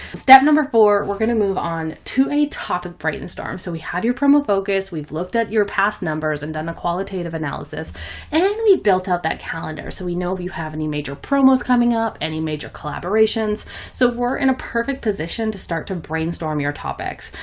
step number four, we're going to move on. to a topic brain and storm. so we have your promo focus. we've looked at your past numbers and done a qualitative analysis, and then we built out that calendar. so we know if you have any major promos coming up, any major collaborations. so we're in a perfect position to start to brainstorm your topics.